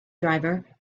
driver